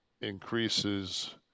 increases